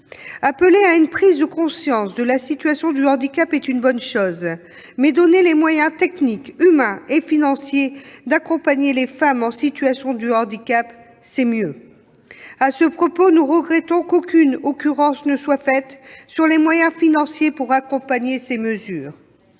Appeler à une prise de conscience de la situation du handicap, c'est bien, mais donner les moyens techniques, humains et financiers d'accompagner les femmes en situation de handicap, c'est mieux ! À ce propos, nous regrettons qu'aucune référence ne soit faite aux moyens financiers nécessaires pour accompagner ces mesures.